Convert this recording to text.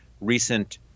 recent